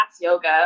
yoga